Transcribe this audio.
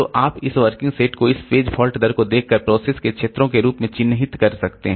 तो आप इस वर्किंग सेट को इस पेज फॉल्ट दर को देखकर प्रोसेस के क्षेत्रों के रूप में चिह्नित कर सकते हैं